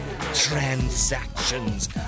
transactions